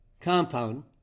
compound